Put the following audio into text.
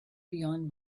beyond